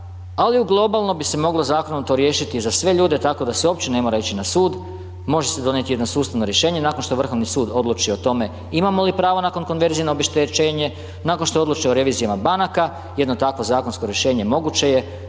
ali u globalno bi se moglo zakonito riješiti za sve ljude, tkao da se uopće ne mora ići na sud, može se donijeti jedno sustavno rješenje, nakon što Vrhovni sud odluči o tome, imamo li pravo nakon konverzije na obeštećenje, nakon što odluče o revizijama banaka, jedno takvo zakonsko rješenje moguće je,